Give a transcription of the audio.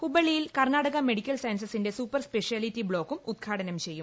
ഹുബള്ളിയിൽ Karnataka medical സയൻസസിന്റെ super speciality ബ്ലോക്കും ഉദ്ഘാടനം ചെയ്യും